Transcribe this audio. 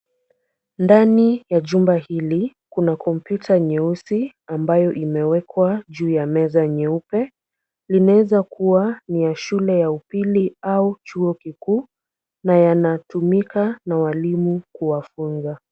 Ndani ya chumba hili kuna kompyuta nyeusi ambayo imewekwa juu ya meza nyeupe. Inaweza kuwa ni shule ya upili au chuo kikuu na yanatumika na walimu kuwafunza.